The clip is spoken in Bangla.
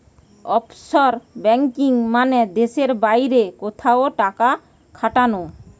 অফশোর ব্যাঙ্কিং মানে দেশের বাইরে কোথাও টাকা খাটানো